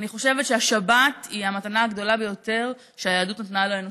אני חושבת שהשבת היא המתנה הגדולה ביותר שהיהדות נתנה לאנושות.